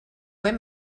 hem